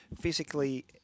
Physically